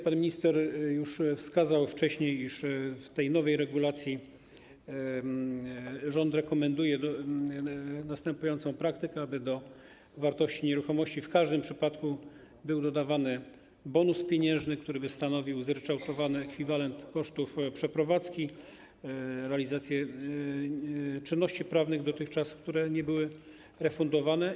Pan minister już wcześniej wskazał, iż w tej nowej regulacji rząd rekomenduje następującą praktykę, aby do wartości nieruchomości w każdym przypadku był dodawany bonus pieniężny, który stanowiłby zryczałtowany ekwiwalent kosztów przeprowadzki, realizacji czynności prawnych, które dotychczas nie były refundowane.